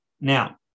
Now